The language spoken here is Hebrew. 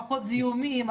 פחות זיהומים,